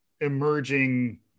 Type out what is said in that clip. emerging